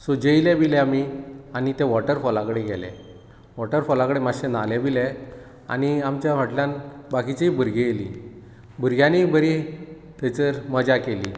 so जेयले बियले आमी आनी त्या वॉटरफॉला कडेन गेले वॉटरफॉला कडेन मातशे न्हाले बिले आनी आमच्या हॉट्लांत बाकीचींय भुरगीं येलीं भुरग्यांनीय बरी थंयसर मजा केली